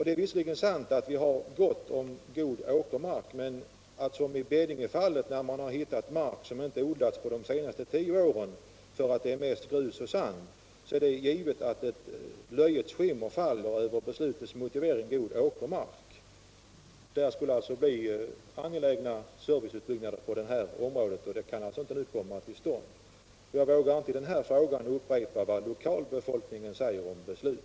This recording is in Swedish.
Det är visserligen sant att vi har gott om sådan åkermark, men i Bedinge gällde det mark som inte odlats på de senaste tio åren, därför aut den mest består av grus och sand. Det är givet att det då faller ett löjets skimmer över motiveringen att det är god åkermark. På den marken skulle det ha gjorts angelägna serviceutbyggnader, som nu inte kan komma till stånd. Jag vågar här inte upprepa vad lokalbefolkningen säger om detta beslut.